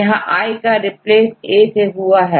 यहांI का replace A से हुआ है